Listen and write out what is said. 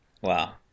Wow